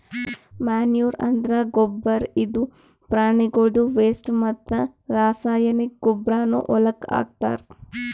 manure ಅಂದ್ರ ಗೊಬ್ಬರ್ ಇದು ಪ್ರಾಣಿಗಳ್ದು ವೆಸ್ಟ್ ಮತ್ತ್ ರಾಸಾಯನಿಕ್ ಗೊಬ್ಬರ್ನು ಹೊಲಕ್ಕ್ ಹಾಕ್ತಾರ್